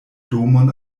domon